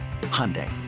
Hyundai